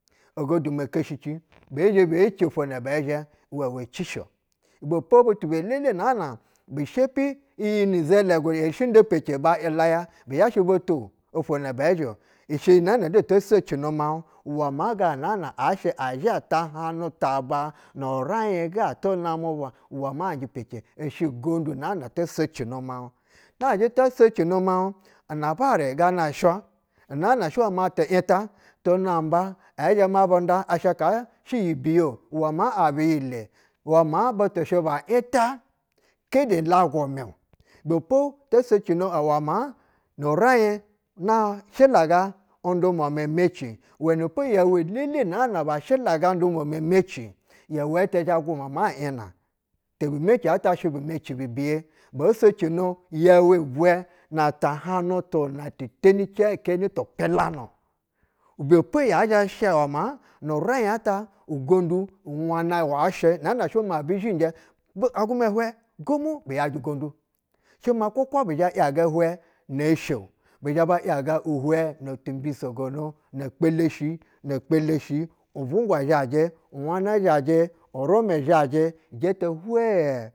Ogodumo keshici be zhe beci afwo nabɛɛ zhɛ iwɛwɛ cishi-o. ibɛpo butu belele naa na bu shepi iyi ni zɛlɛgu erishi nda pece ba laya bi zhashɛ boto ofwo na bɛɛ zhɛ-o. Ishɛ iyi nɛɛ nɛ du oto socino miaug maa ganana ashɛ azha ta hana ta aba mi uraiy ga tunamɛ nu bwa, uwɛ maci aujɛ pece. Ishɛ gonou naa ua to socino miaug. Nazhɛ to socino miaug anabarɛ ganaushwa unaana shɛ ma ti’yinta tu namba ɛzheɛ ma bun da asha kaa shɛ iyi biye-o uwɛ maa abi yɛ le, uwɛ nsaa butu shɛba yenta kede laguma-o ibɛpɛ to socino an uwɛ maa nu rain na shɛlaga undumwa me emeci, uwɛnɛpo yɛu elele na bas hila ga undumwa mɛ meci, yɛu tɛ zhe guma maa ina tebu meci ta shɛ bu meci bi biye bo socino yɛu ibwɛ na tabanu tuna ti teni cɛy heni ti pilanu. Ibɛ po yɛ zhɛ sha wɛ maa nu ra’y ta ugondu nwana washɛe inɛɛne shɛ ma abi zhinjɛ- aguma hu’ɛ gomu bu yajɛ ugondu. Shɛ maa kwakwa bi zhɛ ba’yaga ihwɛ ne eshe-o. Bizhɛ ba’ yaga ihwɛ notu mbisogono, ne kpeleshei, nekpebshi uvungwa zhajɛ, u nwana zhajɛ, urumɛ zhajɛ, ijɛjɛ hwɛɛ.